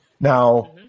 now